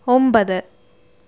ഒമ്പത്